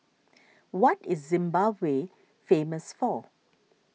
what is Zimbabwe famous for